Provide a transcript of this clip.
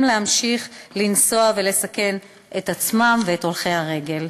להמשיך לנסוע ולסכן את עצמם ואת הולכי הרגל.